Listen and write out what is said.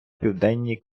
південній